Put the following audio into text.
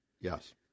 Yes